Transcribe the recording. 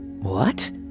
What